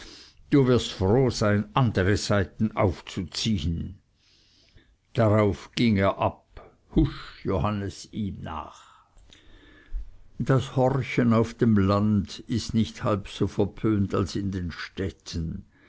du wirst froh sein andere saiten aufzuziehen darauf ging er ab husch johannes ihm nach das horchen ist auf dem lande nicht halb so verpönt als in den städten